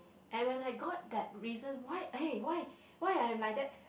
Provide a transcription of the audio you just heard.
and when I got that reason why eh why why I'm like that